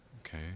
okay